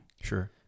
Sure